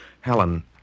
Helen